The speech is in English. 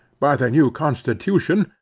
by the new constitution,